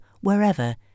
wherever